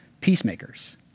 peacemakers